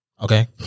okay